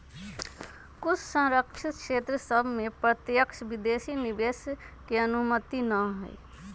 कुछ सँरक्षित क्षेत्र सभ में प्रत्यक्ष विदेशी निवेश के अनुमति न हइ